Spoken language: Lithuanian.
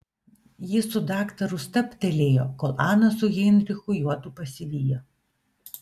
jis su daktaru stabtelėjo kol ana su heinrichu juodu pasivijo